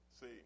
see